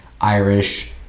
irish